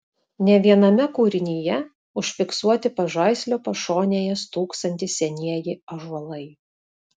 ne viename kūrinyje užfiksuoti pažaislio pašonėje stūksantys senieji ąžuolai